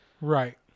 Right